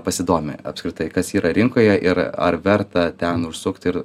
pasidomi apskritai kas yra rinkoje ir ar verta ten užsukt ir